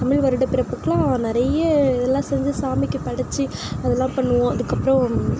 தமிழ் வருடப்பிறப்புக்கெலாம் நிறைய இதெல்லாம் செஞ்சு சாமிக்கு படைச்சி அதெலாம் பண்ணுவோம் அதுக்கப்புறம்